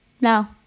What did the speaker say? No